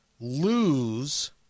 lose